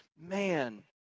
Man